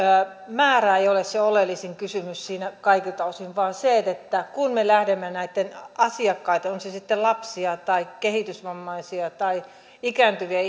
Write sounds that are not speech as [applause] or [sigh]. määrä ei ole se oleellisin kysymys siinä kaikilta osin vaan se että kun me lähdemme näistä asiakkaista ovat ne sitten lapsia tai kehitysvammaisia tai ikääntyviä [unintelligible]